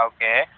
Okay